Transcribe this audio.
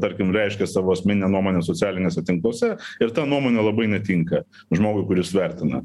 tarkim reiškia savo asmeninę nuomonę socialiniuose tinkluose ir ta nuomonė labai netinka žmogui kuris vertina